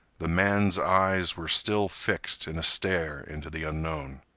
the man's eyes were still fixed in a stare into the unknown.